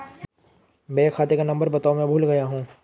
मेरे खाते का नंबर बताओ मैं भूल गया हूं